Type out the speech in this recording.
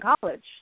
college